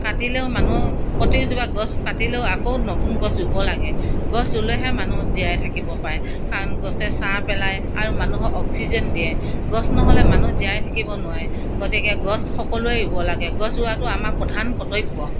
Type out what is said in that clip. কাটিলেও মানুহ প্ৰত্যেকজোপা গছ কাটিলেও আকৌ নতুন গছ ৰুব লাগে গছ ৰুলেহে মানুহ জীয়াই থাকিব পাৰে কাৰণ গছে ছাঁহ পেলায় আৰু মানুহক অক্সিজেন দিয়ে গছ নহ'লে মানুহ জীয়াই থাকিব নোৱাৰে গতিকে গছ সকলোৱে ৰুব লাগে গছ ৰুৱাটো আমাৰ প্ৰধান কৰ্তব্য